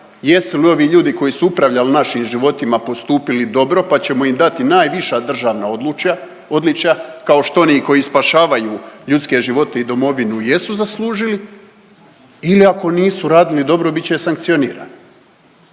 jesu li ovi ljudi koji su upravljali našim životima postupili dobro, pa ćemo im dati najviša državna odličja, kao što oni koji spašavaju ljudske živote i domovinu jesu zaslužili ili ako nisu radili dobro bit će sankcionirani.